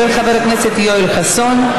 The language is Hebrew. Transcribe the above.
של חבר הכנסת יואל חסון.